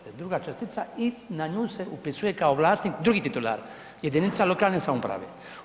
To je druga čestica i na nju se upisuje kao vlasnik drugi titula, jedinica lokalne samouprave.